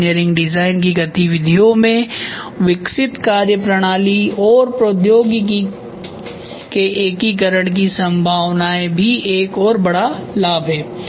engineering design गतिविधियों में विकसित कार्यप्रणाली और प्रौद्योगिकी के एकीकरण की सम्भावना भी एक और बड़ा लाभ है